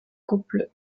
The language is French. couples